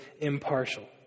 impartial